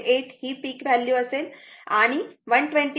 8 ही peak value असेल आणि 127